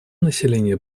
населения